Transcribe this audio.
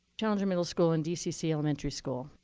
challenger middle school, and dcc elementary school.